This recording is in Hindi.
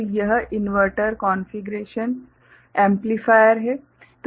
तो यह इन्वर्टर कॉन्फ़िगरेशन एम्पलीफायर है